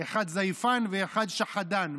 אחד זייפן ואחד שחדן,